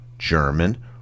German